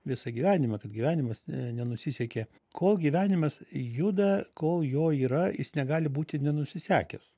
visą gyvenimą kad gyvenimas ne nenusisekė kol gyvenimas juda kol jo yra jis negali būti nenusisekęs